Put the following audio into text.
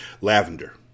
Lavender